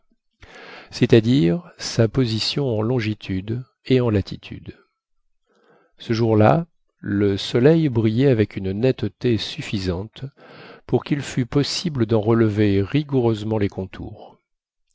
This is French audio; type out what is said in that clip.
c'est-à-dire sa position en longitude et en latitude ce jour-là le soleil brillait avec une netteté suffisante pour qu'il fût possible d'en relever rigoureusement les contours